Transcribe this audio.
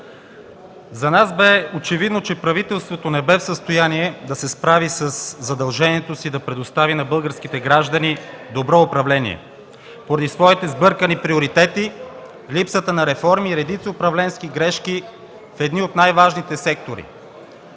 За нас бе очевидно, че правителството не бе в състояние да се справи със задължението си да предостави на българските граждани добро управление поради своите сбъркани приоритети, липсата на реформи и редица управленски грешки в едни от най-важните сектори.